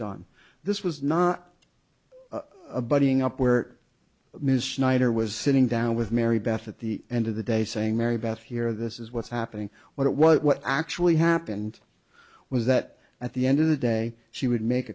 done this was not a buddying up where ms schneider was sitting down with mary beth at the end of the day saying mary beth here this is what's happening what it was what actually happened was that at the end of the day she would make